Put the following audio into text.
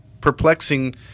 perplexing